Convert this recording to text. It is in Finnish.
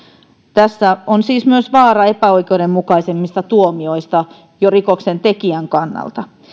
tässä on siis myös vaara epäoikeudenmukaisemmista tuomioista jo rikoksen tekijän kannalta